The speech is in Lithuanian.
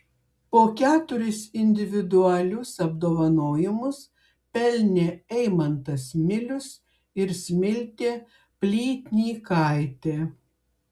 po keturis individualius apdovanojimus pelnė eimantas milius ir smiltė plytnykaitė